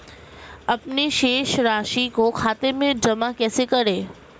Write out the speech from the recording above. अपने शेष राशि को खाते में जमा कैसे करें?